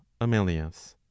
Amelius